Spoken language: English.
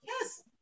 yes